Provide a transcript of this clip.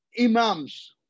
imams